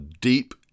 deep